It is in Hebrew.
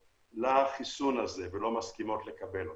לחיסון הזה ולא מסכימות לקבל אותו.